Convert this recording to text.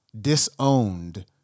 disowned